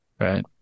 Right